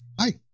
Hi